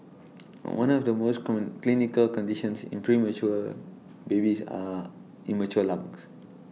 one of the most common clinical conditions in premature babies are immature lungs